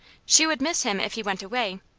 she would miss him if he went away,